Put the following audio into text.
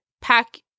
pack